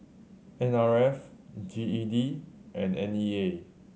N R F G E D and N E A